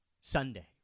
Sunday